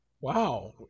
wow